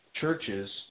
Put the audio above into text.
churches